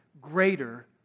greater